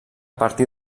partir